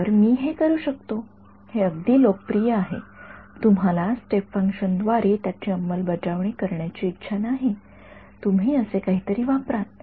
तर मी हे करू शकतो हे अगदी लोकप्रिय आहे तुम्हाला स्टेप फंक्शन द्वारे त्याची अंमलबजावणी करण्याची इच्छा नाही तुम्ही असे काहीतरी वापराल